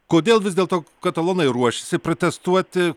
kodėl vis dėlto katalonai ruošiasi protestuoti